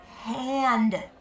hand